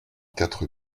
quatre